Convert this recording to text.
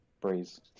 Breeze